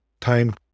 time